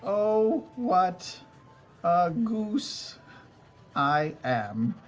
oh, what a goose i am.